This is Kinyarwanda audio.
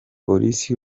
polisi